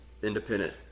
independent